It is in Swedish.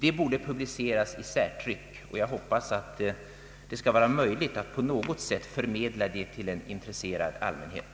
Det borde publiceras i särtryck så att det lättare blir möjligt att förmedla det till en intresserad allmänhet.